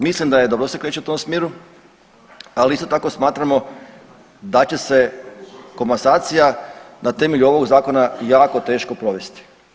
Mislim da je dobro da se kreće u tom smjeru, ali isto tako smatramo da će se komasacija na temelju ovog zakona jako teško provesti.